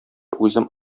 үзем